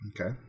Okay